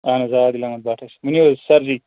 اَہَن حظ آ نَظیٖر اَحمد بَٹ حظ چھُس ؤنِو حظ سَر جی